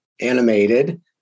animated